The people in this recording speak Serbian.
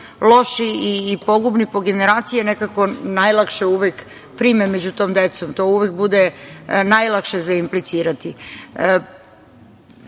loši i pogubni po generacije, nekako najlakše uvek prime među tom decom, to uvek bude najlakše za implicirati. Potpuno